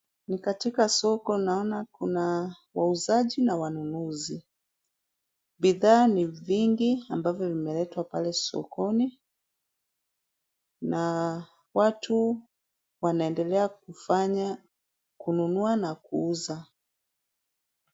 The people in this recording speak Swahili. Ni katika soko naona wauzaji na wanunuzi. Bidhaa ni vingi ambavyo vimeletwa pale sokoni na watu wanaendelea kufanya kununua na kuuza.